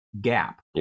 Gap